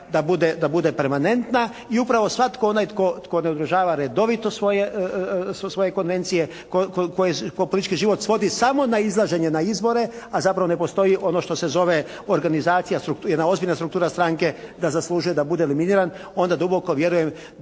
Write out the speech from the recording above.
da bude permanentna i upravo svatko onaj tko ne održava redovito svoje konvencije, tko politički život svodi samo na izlaženje na izbore a zapravo ne postoji ono što se zove organizacija, jedna ozbiljna struktura stranke da zaslužuje da bude eliminiran. Onda duboko vjerujem da bi